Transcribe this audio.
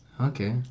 Okay